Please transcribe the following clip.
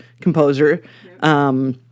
composer